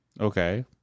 Okay